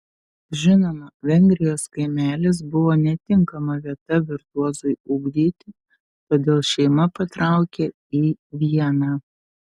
žinoma vengrijos kaimelis buvo netinkama vieta virtuozui ugdyti todėl šeima patraukė į vieną